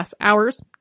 hours